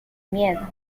miedo